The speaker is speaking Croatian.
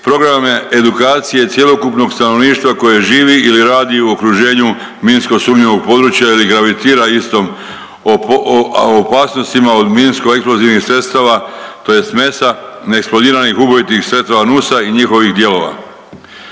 programe edukacije cjelokupnog stanovništva koje živi ili radi u okruženju minsko sumnjivog područja ili gravitira istom, a opasnostima od minsko-eksplozivnih sredstava, tj. MES-a, neeksplodiranih ubojitih sredstava NUS-a ili njihovih dijelova.